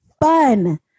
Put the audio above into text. fun